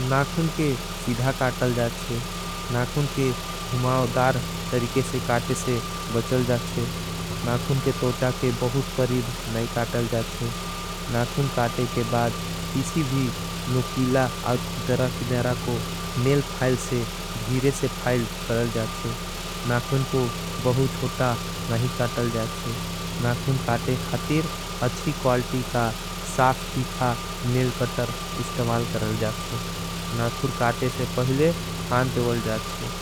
नाकुन के सीधा काटल जाच्छे नाकुन के घुमावदार तरीके से। काटे से बचल जाच्छे नाकुन के तोचा के बहुत करीब नहीं काटल। जाच्छे नाकुन काटे के बाद किसी भी नुकीला और खुद्डरा। के नेरा को नेल फायल से धीरे से फायल करल जाच्छे न नाकुन। काटे से पहले हान देवल जाच्छे